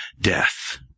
death